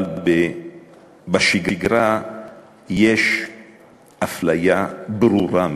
אבל בשגרה יש אפליה ברורה מאוד: